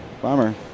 Bummer